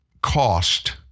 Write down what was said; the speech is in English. cost